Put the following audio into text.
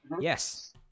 Yes